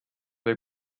või